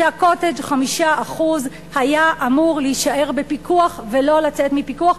שה"קוטג'" 5% היה אמור להישאר בפיקוח ולא לצאת מפיקוח,